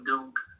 Duke